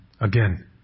Again